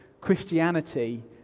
Christianity